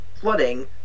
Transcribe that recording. flooding